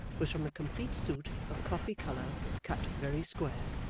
was from a complete suit of coffee-colour cut very square,